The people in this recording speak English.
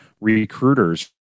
recruiters